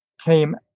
came